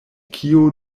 kio